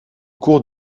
cours